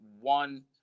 one